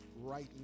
right